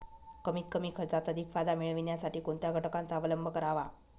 कमीत कमी खर्चात अधिक फायदा मिळविण्यासाठी कोणत्या घटकांचा अवलंब करावा?